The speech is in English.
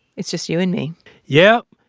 it's just you and me yep.